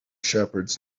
shepherds